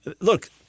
Look